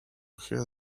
her